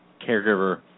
caregiver